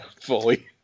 fully